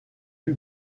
eut